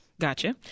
Gotcha